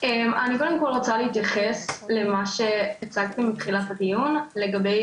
אני קודם כל רוצה להתייחס למה שהצגתם בתחילת הדיון לגבי